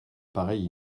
pareille